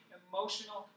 emotional